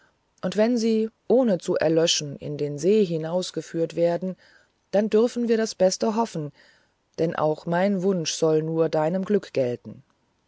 und wenn sie ohne zu erlöschen in den see hinausgeführt werden dann dürfen wir das beste hoffen denn auch mein wunsch soll nur deinem glück gelten